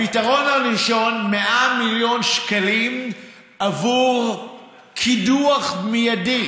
הפתרון הראשון: 100 מיליון שקלים עבור קידוח מיידי,